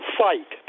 fight